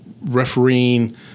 refereeing